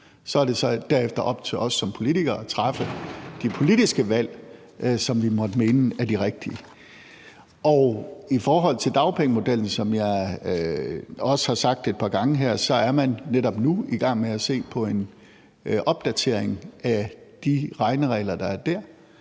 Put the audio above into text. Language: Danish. Så er det så derefter op til os som politikere at træffe de politiske valg, som vi måtte mene er de rigtige. I forhold til dagpengemodellen, som jeg også har sagt et par gange her, er man netop nu i gang med at se på en opdatering af de regneregler og